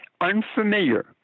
unfamiliar